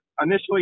Initially